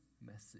message